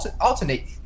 alternate